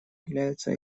являются